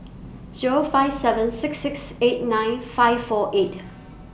Zero five seven six six eight nine five four eight